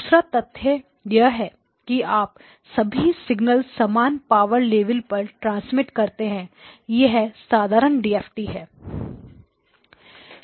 दूसरा तथ्य यह है कि आप सभी सिग्नलस समान पावर लेवल पर ट्रांसमिट सकते हैं यह साधारण DFT है